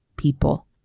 people